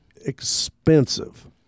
expensive